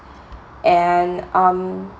and um